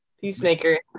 Peacemaker